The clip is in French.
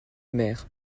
mère